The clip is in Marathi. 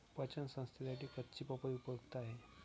पचन संस्थेसाठी कच्ची पपई उपयुक्त आहे